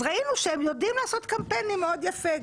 אז ראינו שהם יודעים לעשות קמפיינים מאוד יפה.